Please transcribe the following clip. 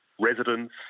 residents